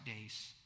days